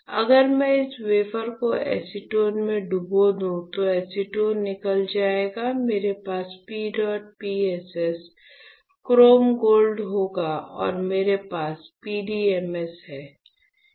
अगर मैं इस वेफर को एसीटोन में डुबो दूं तो एसीटोन निकल जाएगा मेरे पास P dot PSS chrome gold होगा और मेरे पास PDMS है और यह सिलिकॉन है